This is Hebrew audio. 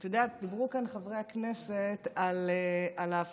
את יודעת, דיברו כאן חברי הכנסת על הפגנות